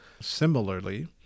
Similarly